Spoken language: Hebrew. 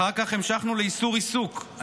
אחר כך המשכנו לאיסור עיסוק,